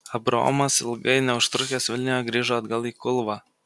abraomas ilgai neužtrukęs vilniuje grįžo atgal į kulvą